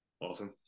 awesome